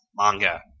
manga